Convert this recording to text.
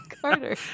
Carter